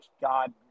God